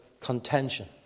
contention